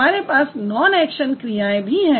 हमारे पास non action क्रियाएँ भी हैं